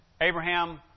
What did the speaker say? Abraham